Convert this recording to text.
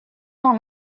dans